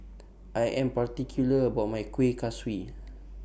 I Am particular about My Kueh Kaswi